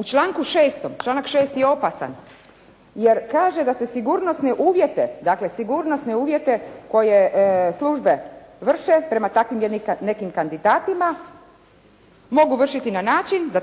U članku 6., članak 6. je opasan jer kaže da se sigurnosne uvjete koje službe vrše prema takvim nekim kandidatima mogu vršiti na način da